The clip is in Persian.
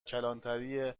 کلانتری